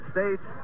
States